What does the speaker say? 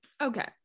okay